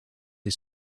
his